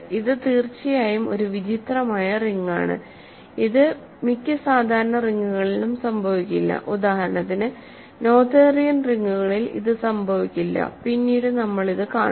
ഇത് തീർച്ചയായും ഒരു വിചിത്രമായ റിങ്ങാണ് ഇത് മിക്ക സാധാരണ റിങ്ങുകളിലും സംഭവിക്കില്ല ഉദാഹരണത്തിന് നോതേരിയൻ റിങ്ങുകളിൽ ഇത് സംഭവിക്കില്ല പിന്നീട് നമ്മൾ ഇത് കാണും